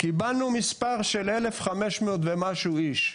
קיבלנו מספר של 1,500 ומשהו איש.